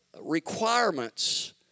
requirements